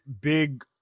big